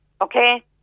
okay